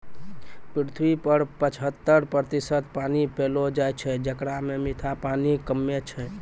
पृथ्वी पर पचहत्तर प्रतिशत पानी पैलो जाय छै, जेकरा म मीठा पानी कम्मे छै